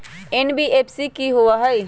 NBFC कि होअ हई?